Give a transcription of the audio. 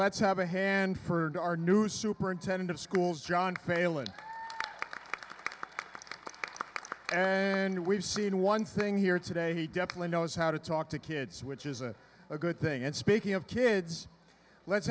let's have a hand for our new superintendent of schools john failing and we've seen one thing here today he definitely knows how to talk to kids which is a good thing and speaking of kids let's